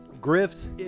Griff's